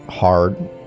Hard